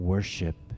Worship